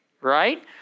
right